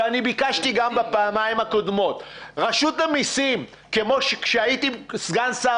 אני ביקשתי גם בפעמים הקודמות: רשות המיסים כמו שכשהייתי סגן שר